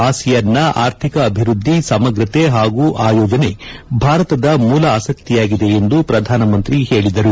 ಆಸಿಯನ್ನ ಆರ್ಥಿಕ ಅಭಿವೃದ್ದಿ ಸಮಗ್ರತೆ ಹಾಗೂ ಆಯೋಜನೆ ಭಾರತದ ಮೂಲ ಆಸಕ್ತಿಯಾಗಿದೆ ಎಂದು ಪ್ರಧಾನಮಂತ್ರಿ ಹೇಳಿದರು